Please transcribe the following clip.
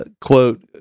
Quote